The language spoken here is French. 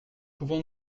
pouvons